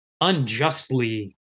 unjustly